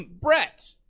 Brett